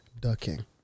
ducking